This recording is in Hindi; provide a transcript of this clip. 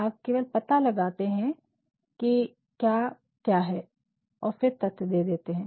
आप केवल पता लगाते है की क्या क्या है फिर तथ्य दे देते है